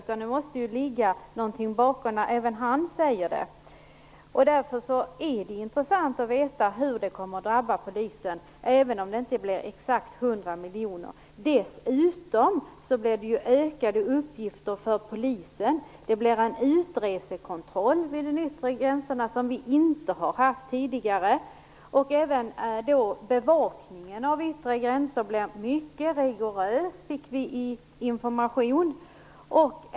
Det måste väl ligga någonting i siffrorna, eftersom även Peter Därför är det intressant att få veta hur kostnadsökningarna kommer att drabba Polisen, även om ökningen inte blir exakt 100 miljoner. Dessutom får ju Polisen ökade uppgifter. Det blir en utresekontroll vid de yttre gränserna, som vi inte har haft tidigare. Att även bevakningen av de yttre gränserna blir mycket rigorös fick vi information om.